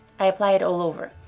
i apply it all over,